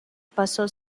pasó